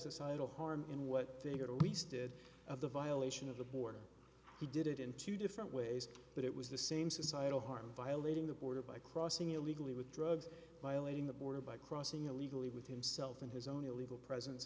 societal harm in what they are always did of the violation of the border he did it in two different ways but it was the same societal harm violating the border by crossing illegally with drugs violating the border by crossing illegally with himself in his own illegal pres